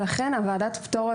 לכן ועדת הפטור,